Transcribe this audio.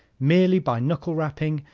merely by knuckle-rapping,